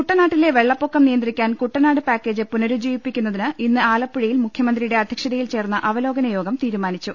കുട്ടനാട്ടിലെ വെള്ളപ്പൊക്കം നിയന്ത്രിക്കാൻ കുട്ടനാട് പാക്കേജ് പുന രുജ്ജീവിപ്പിക്കുന്നതിന് ഇന്ന് ആലപ്പുഴയിൽ മുഖ്യമന്ത്രിയുടെ അദ്ധ്യക്ഷ തയിൽ ചേർന്ന അവലോകന യോഗം തീരുമാനിച്ചു